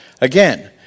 Again